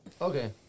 okay